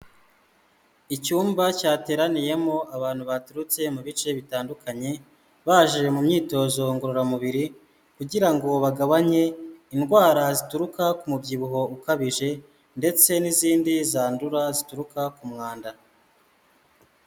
Icyumba cyateraniyemo abantu baturutse mu bice bitandukanye, baje mu myitozo ngororamubiri, kugira ngo bagabanye indwara zituruka ku mubyibuho ukabije, ndetse n'izindi zandura zituruka ku mwanda.